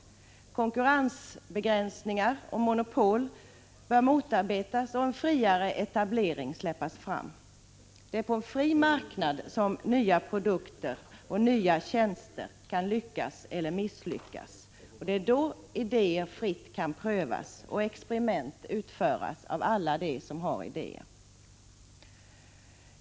Konkurrensbegränsningar och monopol måste motarbetas och en friare etablering släppas fram. Det är på en fri marknad som nya produkter eller tjänster kan lyckas eller misslyckas — det är där idéer fritt kan prövas och experiment utföras av alla dem som har idéer.